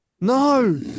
No